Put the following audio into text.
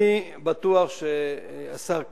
אני בטוח שהשר כץ,